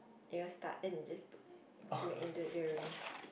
ear stud then you just put make into earring